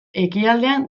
ekialdean